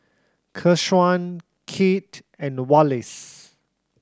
Keshaun Kit and Wallace